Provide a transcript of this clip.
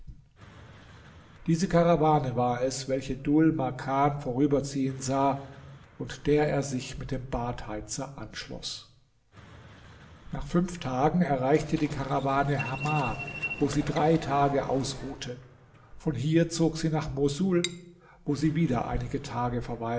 diese karawane war es welche dhul makan vorüberziehen sah und der er sich mit dem badheizer anschloß nach fünf tagen erreichte die karawane hamah wo sie drei tage ausruhte von hier zog sie nach moßul wo sie wieder einige tage